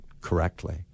correctly